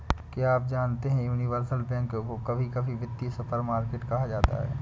क्या आप जानते है यूनिवर्सल बैंक को कभी कभी वित्तीय सुपरमार्केट कहा जाता है?